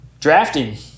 Drafting